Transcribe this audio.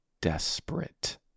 desperate